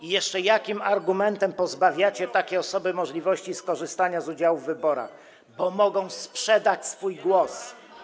Jeszcze posługując się takim argumentem, pozbawiacie takie osoby możliwości skorzystania z udziału w wyborach - bo mogą sprzedać swój głos.